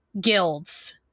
guilds